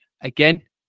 again